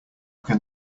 can